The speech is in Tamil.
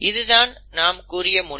இதுதான் நாம் கூறிய மொழி